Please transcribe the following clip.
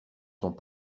sont